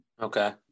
Okay